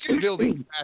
building